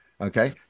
Okay